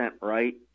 right